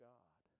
God